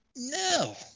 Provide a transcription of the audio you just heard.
No